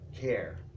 care